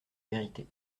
vérité